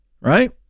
right